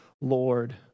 Lord